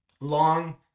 long